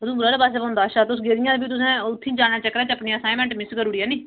उधमपुर आह्ले पास्सै पौंदा अच्छा तुस गेदियां हियां भी तुसें उत्थै जाने दे चक्करें च अपनी असाइनमैंट मिस्स करी ओड़ी ऐह्नी